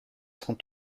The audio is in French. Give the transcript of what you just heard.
cent